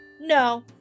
No